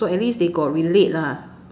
so at least they got relate lah